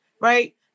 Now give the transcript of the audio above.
right